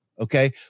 Okay